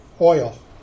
oil